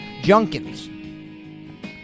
Junkins